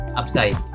upside